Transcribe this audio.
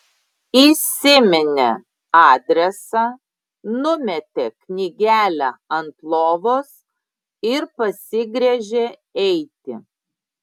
įsiminė adresą numetė knygelę ant lovos ir pasigręžė eiti